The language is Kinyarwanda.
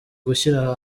gushyira